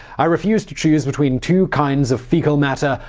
i refuse to choose between two kinds of fecal matter.